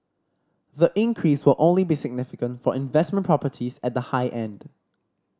the increase will only be significant for investment properties at the high end